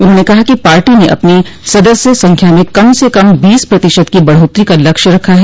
उन्होंने कहा कि पार्टी ने अपनी सदस्य संख्या में कम से कम बीस प्रतिशत की बढ़ोत्तरी का लक्ष्य रखा है